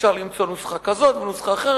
ואפשר למצוא נוסחה כזאת ונוסחה אחרת.